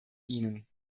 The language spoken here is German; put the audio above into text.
ihnen